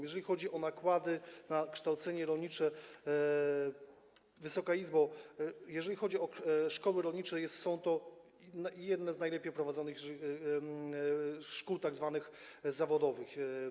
Jeżeli chodzi o nakłady na kształcenie rolnicze, Wysoka Izbo, jeżeli chodzi o szkoły rolnicze, są to jedne z najlepiej prowadzonych szkół tzw. zawodowych.